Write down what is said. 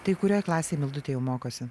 tai kurioj klasėj mildutė jau mokosi